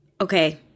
okay